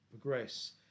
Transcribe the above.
progress